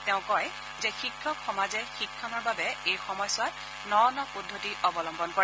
তেওঁ কয় যে শিক্ষক সমাজে শিক্ষণৰ বাবে এই সময়ছোৱাত ন ন পদ্ধতি অৱলম্বন কৰে